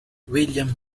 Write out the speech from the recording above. william